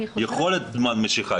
יכולת זמן משיכה,